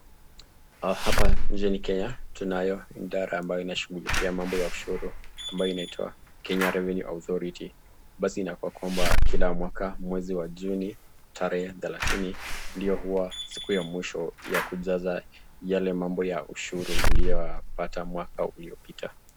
Hapa ni nchini kenya, idara inayoshughulikia mambo ya ushuru ambayo inatwa (cs) kenya revenue authority(cs) basi inafaa kila mwaka mwizi wa juni Tarehe 30 ndio huwa siku ya mwisho ya kujaza hiyo mambo ya ushuru yapata mwaka iliyopita.